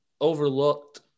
overlooked